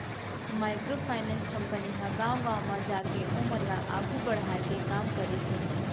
micro finance company ह गाँव गाँव म जाके ओमन ल आघू बड़हाय के काम करे हे